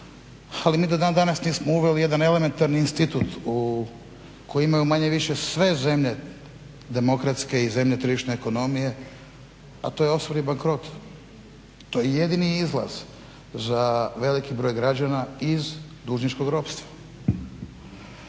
Ali mi do dan danas nismo uveli jedan elementarni institut koji imaju manje-više sve zemlje demokratske i zemlje tržišne ekonomije, a to je osobni bankrot. To je jedini izlaz za veliki broj građana iz dužničkog ropstva.